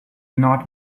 not